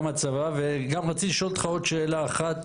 הצבא וגם רציתי לשאול אותך עוד שאלה אחת,